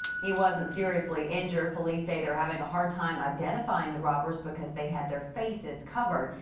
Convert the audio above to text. he wasn't seriously injured. police say they're having a hard time identifying the robbers. because they had their faces covered.